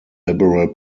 liberal